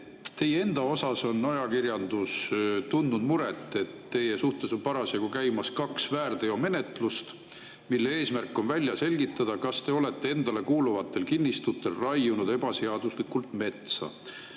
Teie enda puhul on ajakirjandus tundnud muret, et teie suhtes on parasjagu käimas kaks väärteomenetlust, mille eesmärk on välja selgitada, kas te olete endale kuuluvatel kinnistutel ebaseaduslikult metsa